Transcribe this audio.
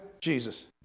Jesus